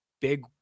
big